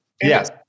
Yes